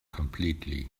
completely